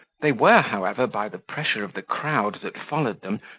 they were, however, by the pressure of the crowd that followed them,